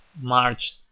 March